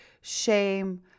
shame